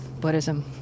Buddhism